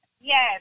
Yes